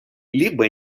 либо